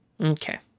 Okay